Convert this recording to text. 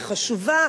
היא חשובה,